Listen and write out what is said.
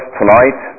tonight